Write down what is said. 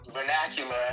vernacular